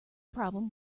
problem